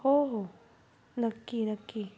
हो हो नक्की नक्की